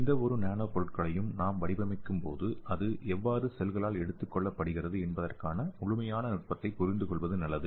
எந்தவொரு நானோ பொருட்களையும் நாம் வடிவமைக்கும்போது அது எவ்வாறு செல்களால் எடுத்துக்கொள்ளப் படுகிறது என்பதற்கான முழுமையான நுட்பத்தை புரிந்துகொள்வது நல்லது